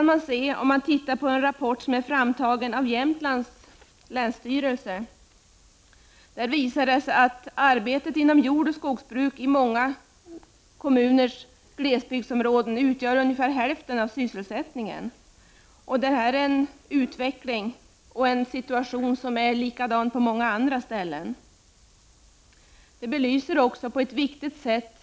Det framgår om man studerar en rapport som är framtagen av länsstyrelsen i Jämtlands län. Arbetet inom jordoch skogsbruket utgör enligt den rapporten ungefär hälften av sysselsättningen i många kommuners glesbygdsområ den. Samma utveckling och situation kan konstateras på många andra håll. Rapporten belyser